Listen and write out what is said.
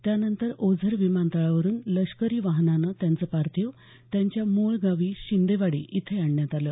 त्यानंतर ओझर विमानतळावरुन लष्करी वाहनानं त्यांचं पार्थिव त्यांच्या मूळ गावी शिंदेवाडी इथं आणण्यात आलं